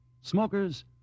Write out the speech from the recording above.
Smokers